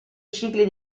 cicli